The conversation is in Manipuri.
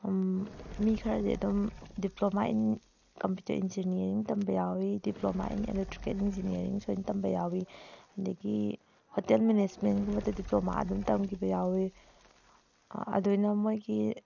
ꯃꯤ ꯈꯔꯗꯤ ꯑꯗꯨꯝ ꯗꯤꯄ꯭ꯂꯣꯃꯥ ꯏꯟ ꯀꯝꯄ꯭ꯌꯨꯇꯔ ꯏꯟꯖꯤꯅꯤꯌꯥꯔꯤꯡ ꯇꯝꯕ ꯌꯥꯎꯋꯤ ꯗꯤꯄ꯭ꯂꯣꯃꯥ ꯏꯟ ꯏꯂꯦꯛꯇ꯭ꯔꯤꯀꯦꯜ ꯏꯟꯖꯤꯅꯤꯌꯔꯤꯡ ꯁꯨꯃꯥꯏꯅ ꯑꯣꯏ ꯇꯝꯕ ꯌꯥꯎꯋꯤ ꯑꯗꯒꯤ ꯍꯣꯇꯦꯜ ꯃꯦꯅꯦꯖꯒꯨꯝꯕꯗ ꯗꯤꯄ꯭ꯂꯣꯃꯥ ꯑꯗꯨꯝ ꯇꯝꯈꯤꯕ ꯌꯥꯎꯋꯤ ꯑꯗꯨꯃꯥꯏꯅ ꯃꯣꯏꯒꯤ